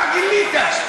מה גילית?